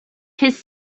his